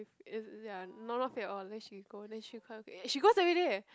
is is ya not not fit at all then she go then she quite okay she goes everyday eh